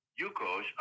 Yukos